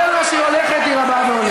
כל מה שהיא הולכת היא רבה והולכת.